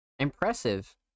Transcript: Impressive